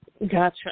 gotcha